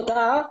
תודה.